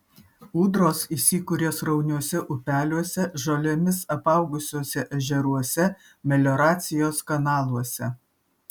ūdros įsikuria srauniuose upeliuose žolėmis apaugusiuose ežeruose melioracijos kanaluose